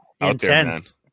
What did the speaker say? intense